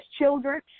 children